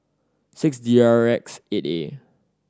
six D R X eight A